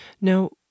Now